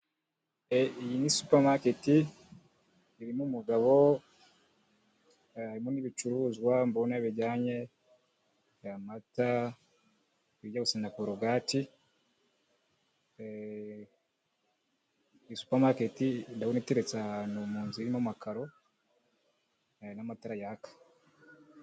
Iyi ni supamaketi irimo umugabo, harimo n'ibicuruzwa mbona bijyanye mata, bijya gusa na korogati, iyi supamaketi ndabona iteretse ahantu mu nzu irimo amakaro, hari n'amatara yaka.